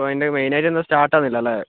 പിന്നെ മെയിനായിട്ട് സ്റ്റാർട്ടാവുന്നില്ല അല്ലേ